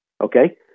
okay